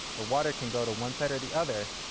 the water can go to one side or the other,